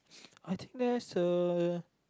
I think there's a